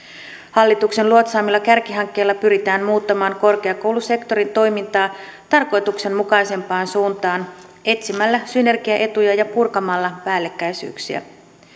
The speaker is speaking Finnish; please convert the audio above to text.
hallituksen luotsaamilla kärkihankkeilla pyritään muuttamaan korkeakoulusektorin toimintaa tarkoituksenmukaisempaan suuntaan etsimällä synergiaetuja ja purkamalla päällekkäisyyksiä